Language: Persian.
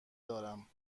دارم